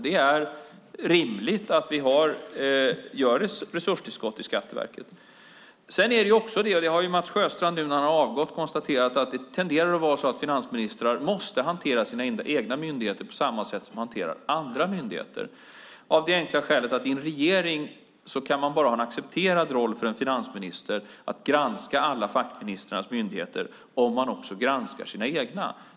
Det är rimligt att vi ger ett resurstillskott till Skatteverket. Sedan är det också så, det har ju Mats Sjöstrand konstaterat nu när han har avgått, att finansministrar måste hantera sina egna myndigheter på samma sätt som de hanterar andra myndigheter av det enkla skälet att i en regering kan man bara ha en accepterad roll för en finansminister att granska alla fackministrars myndigheter om finansministern också granskar sina egna.